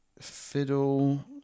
fiddle